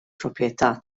proprjetà